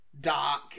dark